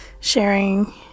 sharing